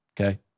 okay